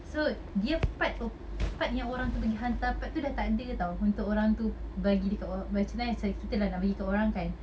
so dia part oh part yang orang tu pergi hantar part tu dah tak ada [tau] untuk orang tu bagi dekat or~ but macam nice ah kita nak bagi kat orang kan